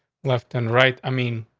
left and right. i mean,